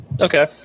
Okay